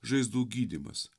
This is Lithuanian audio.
žaizdų gydymas